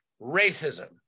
racism